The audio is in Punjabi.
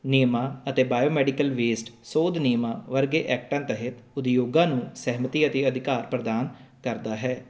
ਨਿਯਮਾ ਅਤੇ ਬਾਓ ਮੈਡੀਕਲ ਵੇਸਟ ਸੋਧ ਨਿਯਮਾ ਵਰਗੇ ਐਕਟਾਂ ਤਹਿਤ ਉਦਯੋਗਾਂ ਨੂੰ ਸਹਿਮਤੀ ਅਤੇ ਅਧਿਕਾਰ ਪ੍ਰਦਾਨ ਕਰਦਾ ਹੈ